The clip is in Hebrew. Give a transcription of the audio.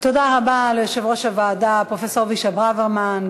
תודה רבה ליושב-ראש הוועדה פרופסור אבישי ברוורמן,